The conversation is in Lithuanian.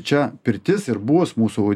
čia pirtis ir bus mūsų